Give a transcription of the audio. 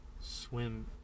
swim